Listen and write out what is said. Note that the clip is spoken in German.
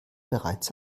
bereits